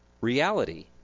reality